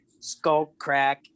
Skullcrack